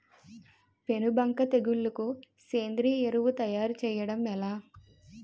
పేను బంక తెగులుకు సేంద్రీయ ఎరువు తయారు చేయడం ఎలా?